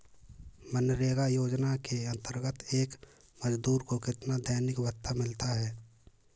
मनरेगा योजना के अंतर्गत एक मजदूर को कितना दैनिक भत्ता मिलता है?